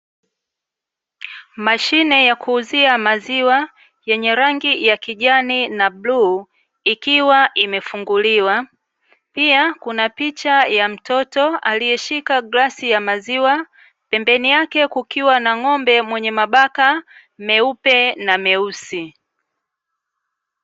Mashine ya kuuzia maziwa yenye rangi ya kijani na bluu, ikiwa imefunguliwa pia kuna picha ya mtoto aliyeshika glasi ya maziwa, pembeni yake kukiwa na ng'ombe mwenye mabaka meupe na meusi.